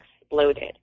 exploded